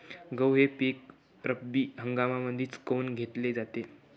गहू हे पिक रब्बी हंगामामंदीच काऊन घेतले जाते?